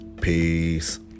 Peace